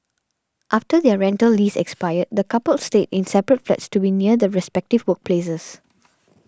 after their rental lease expired the coupled stayed in separate flats to be near their respective workplaces